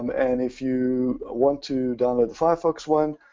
um and if you want to download the firefox one,